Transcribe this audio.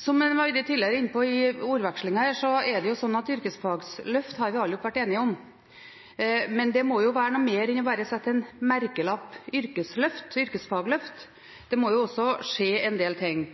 Som en tidligere har vært inne på i ordvekslingen her, er det slik at yrkesfagløft har vi alle vært enige om, men det må være noe mer enn bare å sette merkelappen «yrkesfagløft». Det må også skje en del ting.